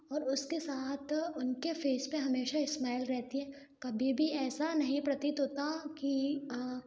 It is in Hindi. और उस के साथ उनके फेस पे हमेशा इस्माईल रहती है कभी भी ऐसा नहीं प्रतीत होता कि